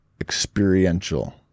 experiential